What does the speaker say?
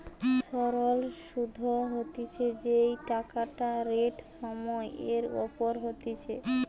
সরল সুধ হতিছে যেই টাকাটা রেট সময় এর ওপর হতিছে